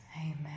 amen